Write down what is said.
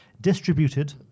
distributed